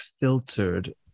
filtered